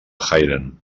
haydn